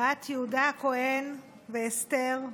הכהן ואסתר,